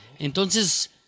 Entonces